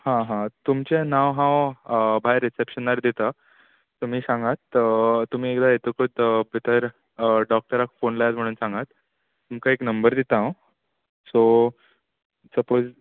आं हां तुमचें नांव हांव भायर रिसेपशनार दितां तुमी सांगात तुमी येतकूत भितर डॉक्टराक फोन लायला म्हूण सांगात तुमकां एक नंबर दिता हांव सो सपोज